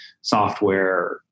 software